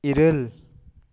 ᱤᱨᱟᱹᱞ